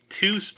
two